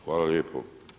Hvala lijepo.